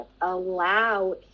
allow